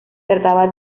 trataba